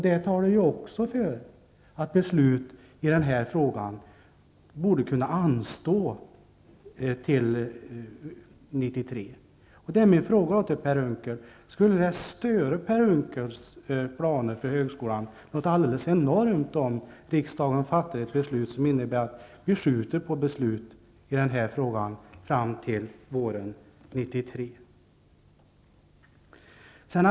Det talar ju också för att beslut i den här frågan borde kunna anstå till 1993. Min fråga är: Skulle det störa Per Unckels planer för högskolan alldeles enormt, om riksdagen fattar ett beslut som innebär att vi skjuter på beslut i den här frågan fram till våren 1993?